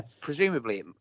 presumably